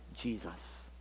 Jesus